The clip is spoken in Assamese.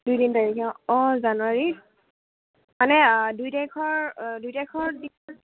দুই তিনি তাৰিখে অঁ জানুৱাৰীত মানে দুই তাৰিখৰ দুই তাৰিখৰ